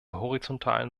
horizontalen